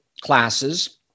classes